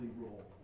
role